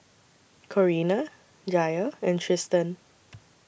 Corinna Jair and Tristan